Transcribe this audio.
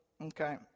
okay